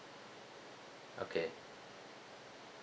okay